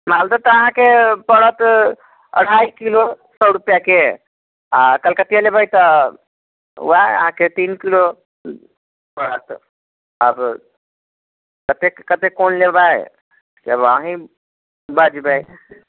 मालदह तऽ अहाँकेँ पड़त अढ़ाइ किलो सए रुपआ के आ कलकतिया लेबै तऽ ओएह अहाँकेँ तीन किलो पड़त अब कतेक कतेक कोन लेबै से तऽ अहींँ बजबै